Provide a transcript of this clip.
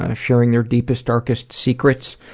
ah sharing their deepest, darkest secrets,